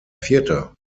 vierter